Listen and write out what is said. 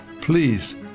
Please